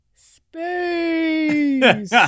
Space